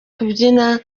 kubyina